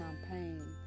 champagne